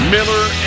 Miller